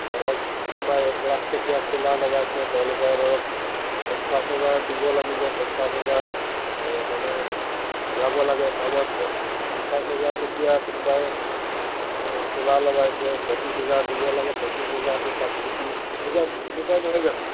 ধৰক কোনোবাই এক লাখ টকীয়া ছোলাৰ লগাইছে তেওঁলোকে ধৰক পঞ্চাছ হেজাৰ দিব লাগিব পঞ্চাছ হজাৰ মানে ঘূৰাব লাগে কাৰোবাক পঞ্চাছ হোজাৰ টকীয়া কোনোবাই ছোলাৰ লগাইছে পঁচিছ হেজাৰ দিব লাগে পঁচিছ হেজাৰটো ছাবচিডি এনেকুৱা এনেকুৱাই নহয় জানোঁ